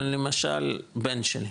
מ-למשל, בן שלי,